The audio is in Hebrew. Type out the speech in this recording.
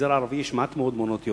שבמגזר הערבי יש מעט מאוד מעונות-יום.